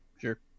Sure